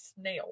snail